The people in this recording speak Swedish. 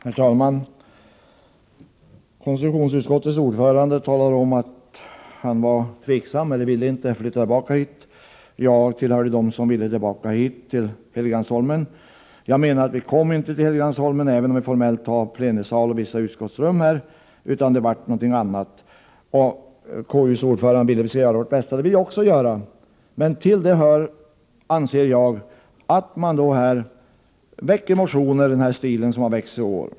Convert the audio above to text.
Herr talman! Konstitutionsutskottets ordförande talar om att han var tveksam och inte ville flytta tillbaka hit. Jag tillhörde dem som ville tillbaka till Helgeandsholmen. Men vi kom inte till Helgeandsholmen, även om vi formellt har plenisalen och vissa utskottsrum här, utan det blev någonting annat. Konstitutionsutskottets ordförande ville att vi skulle göra vårt bästa. Det vill också jag, men jag anser att till detta hör att man väcker sådana här motioner.